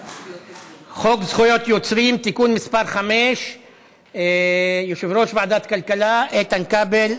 חוק זכויות יוצרים (תיקון מס' 5). יושב-ראש ועדת כלכלה איתן כבל,